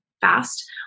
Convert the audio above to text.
fast